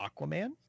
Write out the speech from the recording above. Aquaman